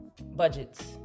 budgets